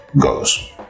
goes